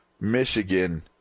Michigan